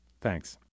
Thanks